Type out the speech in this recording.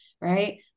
right